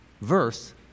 verse